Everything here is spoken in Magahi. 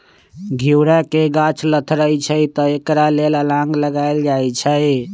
घिउरा के गाछ लथरइ छइ तऽ एकरा लेल अलांन लगायल जाई छै